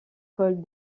cols